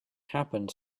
happened